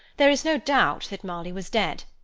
there is no doubt that marley was dead.